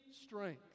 strength